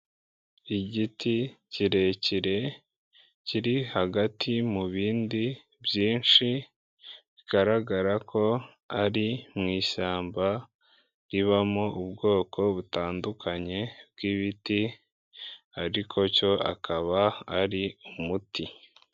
Igiti kirekire kiri hagati mu bindi byinshi, bigaragara ko ari mu ishyamba ribamo ubwoko butandukanye bw'ibiti, ariko cyo akaba ari umuti.